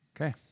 Okay